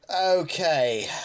Okay